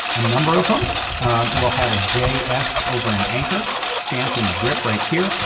a number of them will have a js over an anchor stamped in the grip right here,